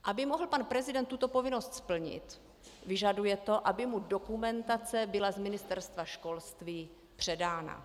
Aby mohl pan prezident tuto povinnost splnit, vyžaduje to, aby mu dokumentace byla z Ministerstva školství předána.